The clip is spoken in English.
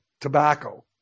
tobacco